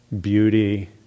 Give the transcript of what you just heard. beauty